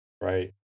right